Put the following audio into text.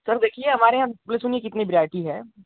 sir देखिये हमारे यहाँ कितनी वेरायटी है